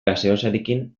gaseosarekin